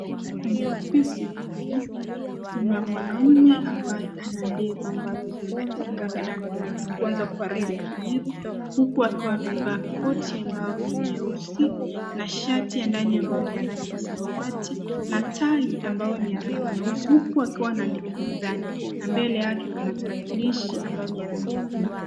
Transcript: Kwenye ofisi kuu kuna mwanaume ambaye ana ndevu ambazo zimebadilika rangi na kuanza kuwa rangi ya kijivu. Huku akiwa amevaa koti ambao ni nyeusi na shati ya ndani ambayo ni ya rangi ya samawati na tai ambayo ni ya rangi nyeusi huku akiwa anaandika mezani na mbele yake kuna tarakilishi ambayo ni ya rangi ya kijivu.